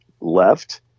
left